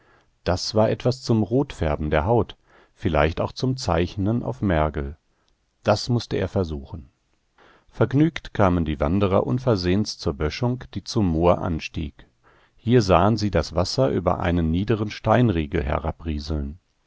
das war etwas zum rotfärben der haut vielleicht auch zum zeichnen auf mergel das mußte er versuchen vergnügt kamen die wanderer unversehens zur böschung die zum moor anstieg hier sahen sie das wasser über einen niederen steinriegel